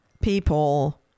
people